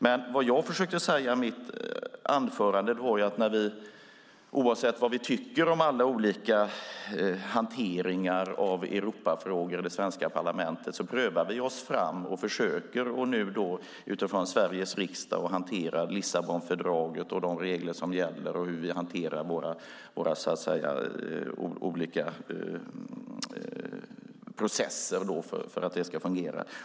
Det jag försökte säga i mitt anförande var att oavsett vad vi tycker om alla olika hanteringar av Europafrågorna i det svenska parlamentet prövar vi oss fram och försöker att hantera Lissabonfördraget, de regler som gäller och våra olika processer för att det ska fungera.